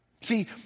See